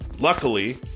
Luckily